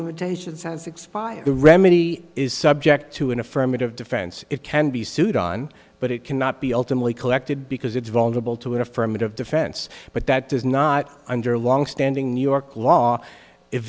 limitations has expired the remedy is subject to an affirmative defense it can be sued on but it cannot be ultimately collected because it's vulnerable to an affirmative defense but that does not under longstanding new york law if